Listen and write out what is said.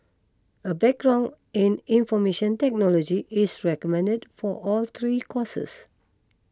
a background in information technology is recommended for all three courses